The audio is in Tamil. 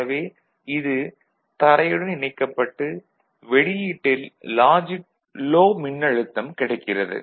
எனவே இது தரையுடன் இணைக்கப்பட்டு வெளியீட்டில் லாஜிக் லோ மின்னழுத்தம் கிடைக்கிறது